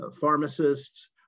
pharmacists